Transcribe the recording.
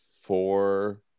four